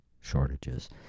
shortages